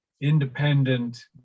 independent